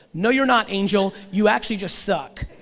no you're not angel, you actually just suck,